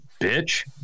bitch